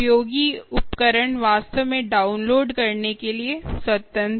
तो बहुत उपयोगी उपकरण वास्तव में डाउनलोड करने के लिए स्वतंत्र